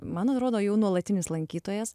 man atrodo jau nuolatinis lankytojas